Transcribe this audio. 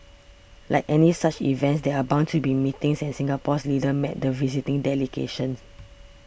like any such events there are bound to be meetings and Singapore's leaders met the visiting delegation